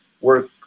work